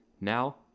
Now